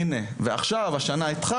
יש עוד המון נושאים, ואני